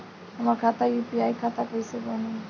हमार खाता यू.पी.आई खाता कइसे बनी?